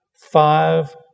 five